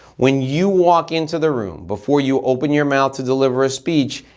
when you walk into the room, before you open your mouth to deliver a speech,